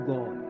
God